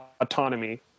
autonomy